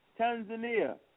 Tanzania